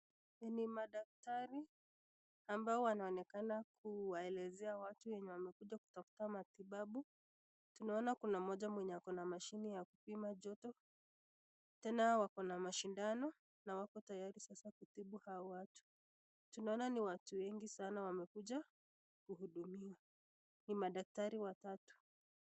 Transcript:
Ni madaktari ambao wanaonekana kuwaelezea watu wenye wamekuja kutafuta matibabu, tunaona kuna moja mwenye ako na mashini ya kupima joto, tena wako na mashindano na wako tayari sasa kutibu hawa watu, tunaona ni watu wengi sana wamekuja kuhudumiwa, ni madaktari watatu.